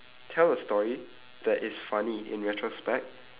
tell a story that is funny in retrospect